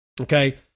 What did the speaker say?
Okay